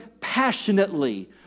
passionately